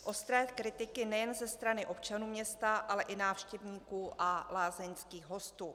ostré kritiky nejen ze strany občanů města, ale i návštěvníků a lázeňských hostů.